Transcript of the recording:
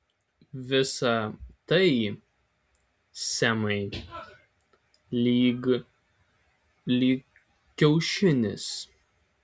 visa tai semai lyg lyg kiaušinis